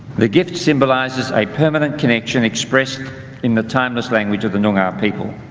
the gift symbolizes a permanent connection expressed in the timeless language of the noongar people.